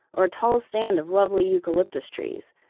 or a tall stand of lovely eucalyptus trees.